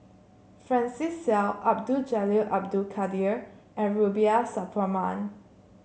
Francis Seow Abdul Jalil Abdul Kadir and Rubiah Suparman